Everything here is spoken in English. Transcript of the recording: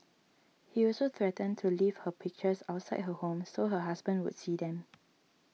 he also threatened to leave her pictures outside her home so her husband would see them